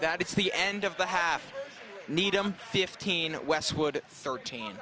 that it's the end of the half needham fifteen at westwood thirteen